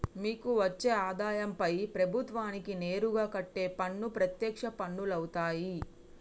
మీకు వచ్చే ఆదాయంపై ప్రభుత్వానికి నేరుగా కట్టే పన్ను ప్రత్యక్ష పన్నులవుతాయ్